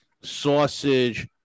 sausage